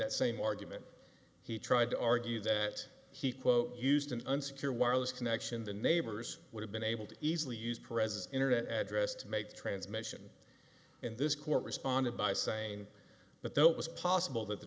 that same argument he tried to argue that he quote used an unsecure wireless connection the neighbors would have been able to easily use pres internet address to make the transmission in this court responded by saying that though it was possible that the